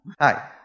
Hi